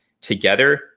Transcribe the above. together